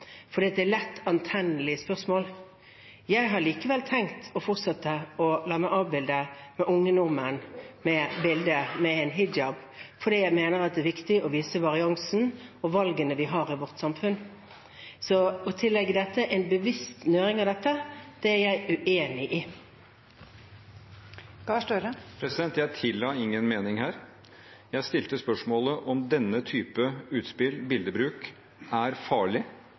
for det er lett antennelige spørsmål. Jeg har likevel tenkt å fortsette å la meg avbilde med unge nordmenn med hijab, fordi jeg mener det er viktig å vise variansen og valgene vi har i vårt samfunn. Å tillegge dette en bevisst nøring, er jeg uenig i. Jeg tilla ingen mening her. Jeg stilte spørsmål om denne type utspill og billedbruk er farlig,